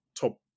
top